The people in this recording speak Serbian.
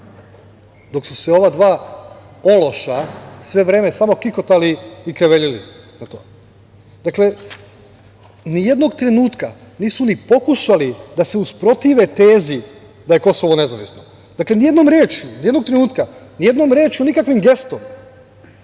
dok su se ova dva ološa sve vreme samo kikotali i kreveljili na to. Nijednog trenutka nisu ni pokušali da se usprotive tezi da je Kosovo nezavisno. Dakle, nijednog trenutka, nijednom rečju, nikakvim gestom.